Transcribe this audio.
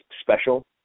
special